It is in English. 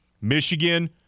Michigan